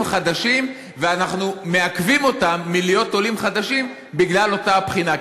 חדשים ואנחנו מעכבים אותם מלהיות עולים חדשים בגלל אותה בחינה,